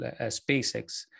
SpaceX